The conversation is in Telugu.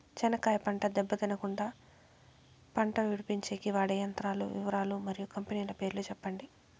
చెనక్కాయ పంట దెబ్బ తినకుండా కుండా పంట విడిపించేకి వాడే యంత్రాల వివరాలు మరియు కంపెనీల పేర్లు చెప్పండి?